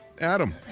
Adam